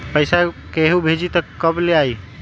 पैसा केहु भेजी त कब ले आई?